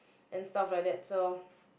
and stuff like that so